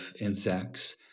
insects